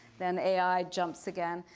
then ai jumps again.